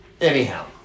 Anyhow